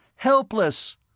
helpless